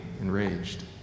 enraged